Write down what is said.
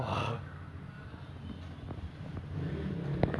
if like your family anybody involved in bad things then they won't take you in